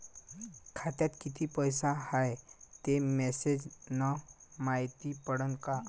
खात्यात किती पैसा हाय ते मेसेज न मायती पडन का?